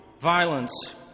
violence